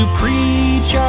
preach